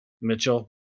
Mitchell